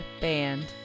band